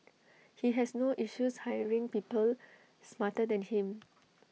he has no issues hiring people smarter than him